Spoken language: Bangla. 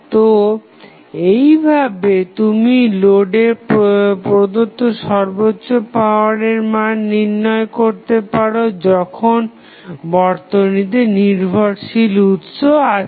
তো এইভাবে তুমি লোডে প্রদত্ত সর্বোচ্চ পাওয়ারের মান নির্ণয় করতে পারো যখন বর্তনীতে নির্ভরশীল উৎস আছে